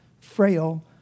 frail